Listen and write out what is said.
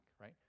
right